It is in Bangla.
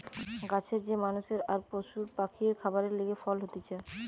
গাছের যে মানষের আর পশু পাখির খাবারের লিগে ফল হতিছে